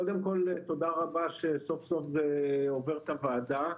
קודם כל תודה רבה שסוף סוף זה עובר את הוועדה.